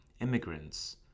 immigrants